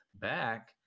back